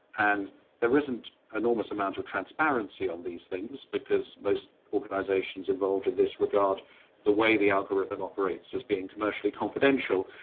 and there isn't an enormous amount of transparency on these things because most organisations involved in this regard the way the algorithm operates as being commercially confidential.